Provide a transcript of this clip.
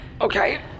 Okay